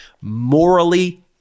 morally